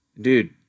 dude